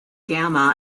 gamma